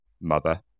mother